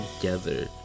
together